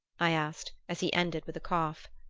i asked, as he ended with a cough.